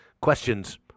Questions